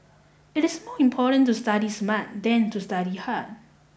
It is more important to study smart than to study hard